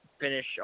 finish